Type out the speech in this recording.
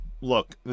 look